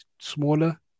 smaller